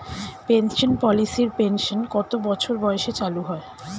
Pension পলিসির pension কত বছর বয়সে চালু হয়?